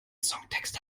songtext